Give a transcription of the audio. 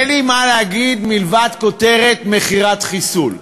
אין לי מה להגיד, מלבד כותרת: מכירת חיסול.